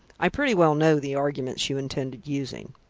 i pretty well know the arguments you intended using.